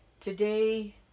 today